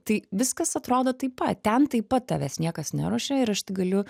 tai viskas atrodo taip pat ten taip pat tavęs niekas neruošia ir aš tai galiu